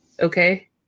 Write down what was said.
okay